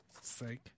sake